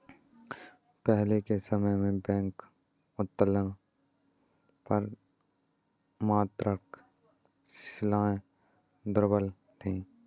पहले के समय में बैंक उत्तोलन पर मात्रात्मक सीमाएं दुर्लभ थीं